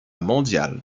mondiale